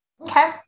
Okay